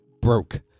Broke